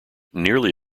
nearly